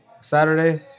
Saturday